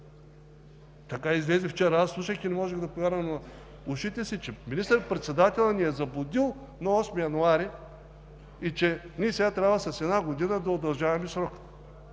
Така излезе вчера. Аз слушах и не можех да повярвам на ушите си, че министър-председателят ни е заблудил на 8 януари и че ние сега трябва да удължаваме срока